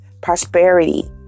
prosperity